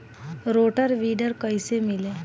Rotor weeder कईसे मिले?